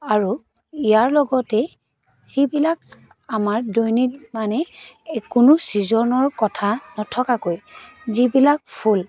আৰু ইয়াৰ লগতেই যিবিলাক আমাৰ দৈনিক মানে কোনো চিজনৰ কথা নথকাকৈ যিবিলাক ফুল